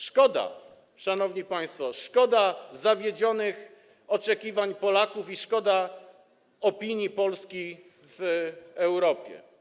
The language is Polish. Szkoda, szanowni państwo, zawiedzionych oczekiwań Polaków i szkoda opinii Polski w Europie.